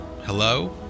Hello